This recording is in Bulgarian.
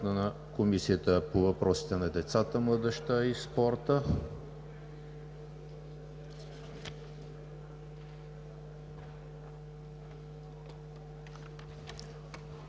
на Комисията по въпросите на децата, младежта и спорта